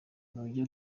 ntujya